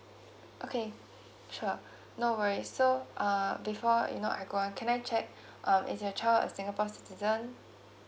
okay sure no worries so uh before you know I go on can I check uh is your child a singapore citizen